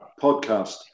podcast